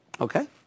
okay